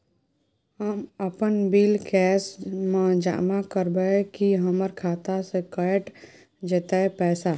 हम अपन bill cash म जमा करबै की हमर खाता स कैट जेतै पैसा?